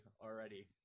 already